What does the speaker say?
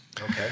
Okay